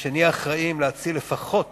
ונהיה אחראים להציל לפחות